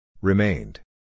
Remained